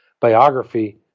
biography